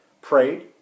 Prayed